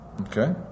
okay